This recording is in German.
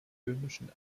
böhmischen